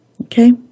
Okay